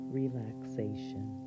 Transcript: relaxation